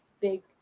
big